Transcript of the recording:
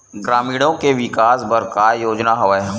ग्रामीणों के विकास बर का योजना हवय?